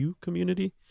community